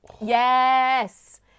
Yes